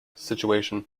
situation